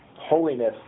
holiness